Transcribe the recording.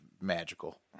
magical